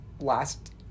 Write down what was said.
last